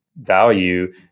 value